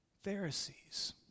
Pharisees